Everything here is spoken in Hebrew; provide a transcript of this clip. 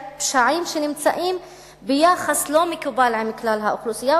לפשעים שנמצאים ביחס לא מקובל בכלל האוכלוסייה,